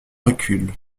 recule